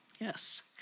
Yes